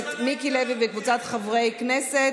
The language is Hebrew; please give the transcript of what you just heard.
הכנסת מיקי לוי וקבוצת חברי הכנסת,